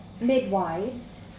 Midwives